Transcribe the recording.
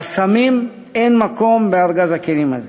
לסמים אין מקום בארגז הכלים הזה.